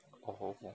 oh